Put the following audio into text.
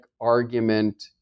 argument